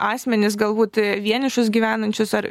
asmenis galbūt vienišus gyvenančius ar